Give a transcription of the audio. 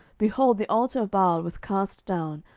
behold, the altar of baal was cast down,